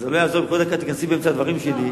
אז זה לא יעזור אם כל דקה תיכנסי באמצע הדברים שלי.